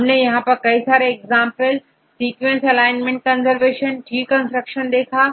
हमने यहां पर कई सारे एग्जांपल सीक्वेंस एलाइनमेंट कंजर्वेशन और tree कंस्ट्रक्शन देखा